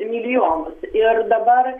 milijonus ir dabar